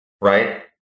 right